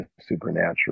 supernatural